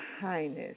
highness